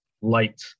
light